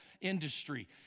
industry